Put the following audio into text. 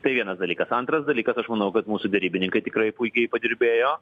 tai vienas dalykas antras dalykas aš manau kad mūsų derybininkai tikrai puikiai padirbėjo